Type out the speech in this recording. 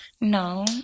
No